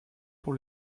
pour